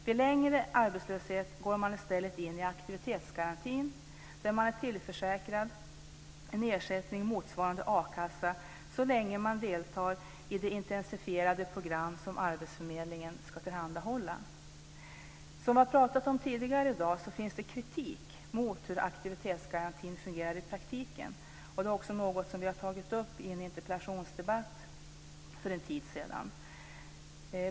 Vid längre arbetslöshet går man i stället in i aktivitetsgarantin där man är tillförsäkrad en ersättning motsvarande a-kassa så länge man deltar i det intensifierade program som arbetsförmedlingen ska tillhandahålla. Som vi har pratat om tidigare i dag finns det kritik mot hur aktivitetsgarantin fungerar i praktiken. Det är också något vi har tagit upp i en interpellationsdebatt för en tid sedan.